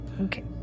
Okay